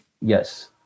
Yes